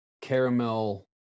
caramel